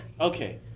Okay